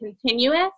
continuous